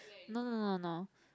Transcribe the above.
no no no no